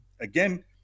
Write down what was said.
again